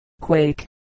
quake